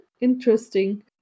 interesting